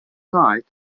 night